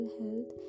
health